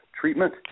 treatment